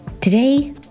Today